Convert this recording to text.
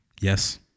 Yes